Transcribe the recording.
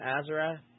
Azra